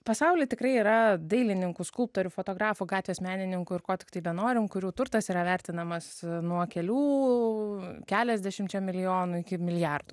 pasaulyje tikrai yra dailininkų skulptorių fotografų gatvės menininkų ir ko tiktai benorime kurių turtas yra vertinamas nuo kelių keliasdešimčia milijonų iki milijardų